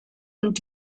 und